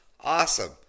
awesome